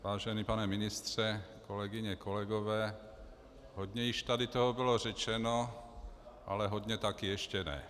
Vážený pane ministře, kolegyně, kolegové, hodně již tady toho bylo řečeno, ale hodně taky ještě ne.